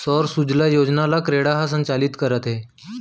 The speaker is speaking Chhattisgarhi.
सौर सूजला योजना ल क्रेडा ह संचालित करत हे